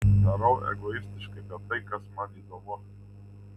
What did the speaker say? darau egoistiškai bet tai kas man įdomu